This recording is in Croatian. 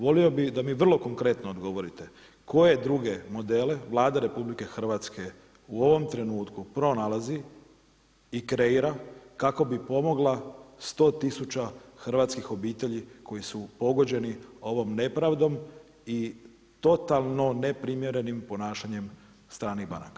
Volio bih da mi vrlo konkretno odgovorite, koje druge modele Vlada Republike Hrvatske u ovom trenutku pronalazi i kreira kako bi pomogla 100 tisuća hrvatskih obitelji koji su pogođeni ovom nepravdom i totalno neprimjerenim ponašanjem stranih banaka?